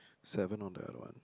seven on the other one